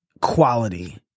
quality